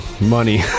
money